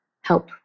help